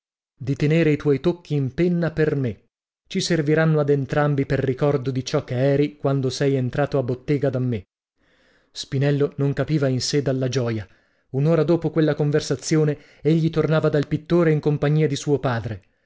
di tenere i tuoi tocchi in penna per me ci serviranno ad entrambi per ricordo di ciò che eri quando sei entrato a bottega da me spinello non capiva in sè dalla gioia un'ora dopo quella conversazione egli tornava dal pittore in compagnia dì suo padre